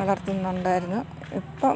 വളർത്തുന്നുണ്ടായിരുന്നു ഇപ്പം